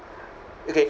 okay